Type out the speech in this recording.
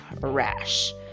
rash